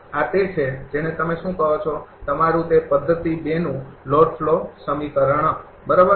આ તે છે જેને તમે શું કહો છો તમારું તે પદ્ધતિ ૨નું લોડ ફ્લો સમીકરણ બરાબર